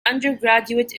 undergraduate